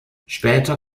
später